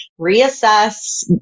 reassess